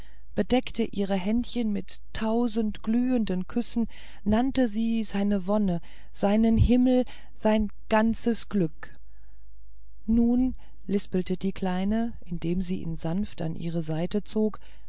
bedeckte ihre händchen mit tausend glühenden küssen nannte sie seine wonne seinen himmel sein ganzes glück nun lispelte die kleine indem sie ihn sanft an ihre seite zog